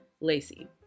Lacey